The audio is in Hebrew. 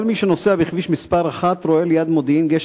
כל מי שנוסע בכביש מס' 1 רואה ליד מודיעין גשר